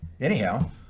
Anyhow